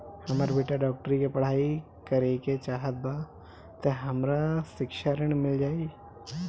हमर बेटा डाक्टरी के पढ़ाई करेके चाहत बा त हमरा शिक्षा ऋण मिल जाई?